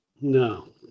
No